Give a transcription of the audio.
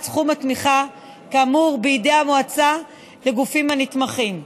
סכום התמיכה כאמור בידי המועצה לגופים הנתמכים.